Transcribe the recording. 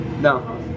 No